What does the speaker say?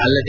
ಅಲ್ಲದೆ